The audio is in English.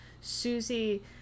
Susie